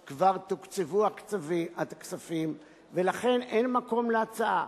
וכבר תוקצבו הכספים, ולכן אין מקום להצעה.